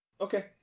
okay